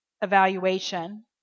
evaluation